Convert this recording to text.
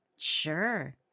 Sure